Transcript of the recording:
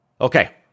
Okay